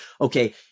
okay